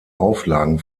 auflagen